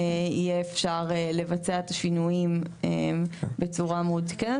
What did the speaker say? יהיה אפשר לבצע את השינויים בצורה מעודכנת